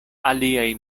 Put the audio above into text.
aliaj